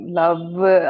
love